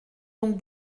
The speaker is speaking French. donc